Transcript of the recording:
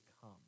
come